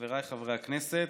חבריי חברי הכנסת,